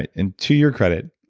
and to your credit,